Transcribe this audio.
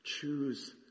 Choose